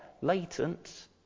latent